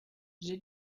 j’ai